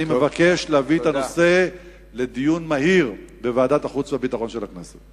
אני מבקש להביא את הנושא לדיון מהיר בוועדת החוץ והביטחון של הכנסת.